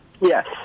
Yes